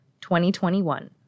2021